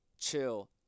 chill